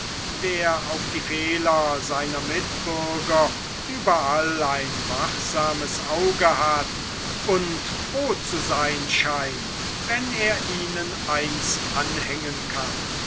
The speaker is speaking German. der auf die fehler seiner mitbürger überall ein wachsames auge hat und froh zu sein scheint wenn er ihnen eins anhängen kann